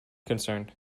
concerned